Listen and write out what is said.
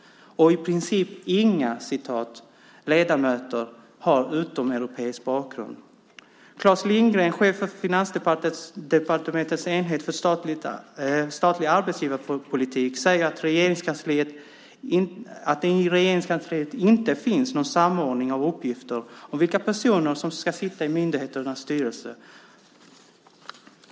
Och "i princip inga" ledamöter har utomeuropeisk bakgrund. Claes Lindgren, chef för Finansdepartementets enhet för statlig arbetsgivarpolitik, säger att det i Regeringskansliet inte finns någon samordning av uppgifter om vilka personer som ska sitta i myndigheternas styrelser.